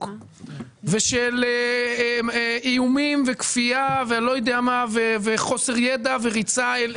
ושל איומים וכפייה ואני לא יודע מה וחוסר ידע וריצה.